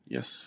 Yes